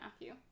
Matthew